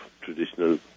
traditional